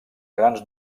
grans